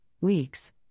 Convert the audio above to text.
weeks